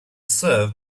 serve